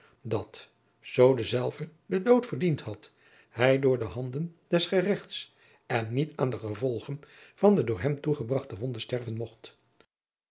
dat zoo dezelve den dood verdiend had hij door de handen des geregts en niet aan de gevolgen van de door hem toegebragte wonde sterven mogt